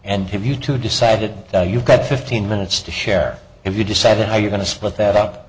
and have you two decided you've got fifteen minutes to share if you decide and how you're going to split that up